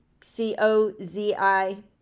C-O-Z-I